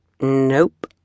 Nope